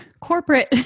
corporate